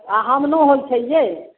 आ हम ने होइ छै यै